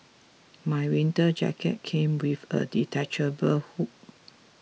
my winter jacket came with a detachable hood